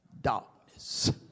darkness